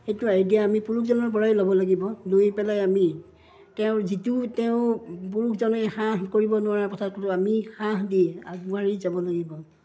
সেইটো আইডিয়া আমি পুৰুষজনৰপৰাই ল'ব লাগিব লৈ পেলাই আমি তেওঁৰ যিটো তেওঁ পুৰুষজনে সাহ কৰিব নোৱাৰা কথাটোতো আমি সাহ দি আগবাঢ়ি যাব লাগিব